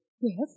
Yes